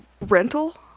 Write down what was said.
rental